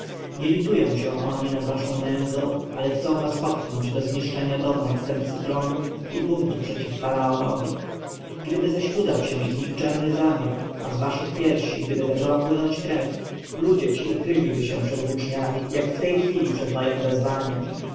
nie litują się oni nad waszą nędzą ale chcą was popchnąć do zniszczenia domu następcy tronu i buntu przeciw faraonowi gdyby zaś udał się ich nikczemny zamiar a z waszych piersi gdyby zaczęła płynąć krew ludzie ci ukryliby się przed włóczniami jak w tej chwili przed mojem wezwaniem